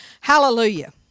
hallelujah